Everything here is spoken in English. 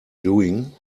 doing